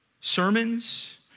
Sermons